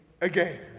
again